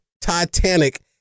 Titanic